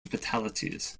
fatalities